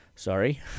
Sorry